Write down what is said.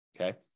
Okay